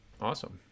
Awesome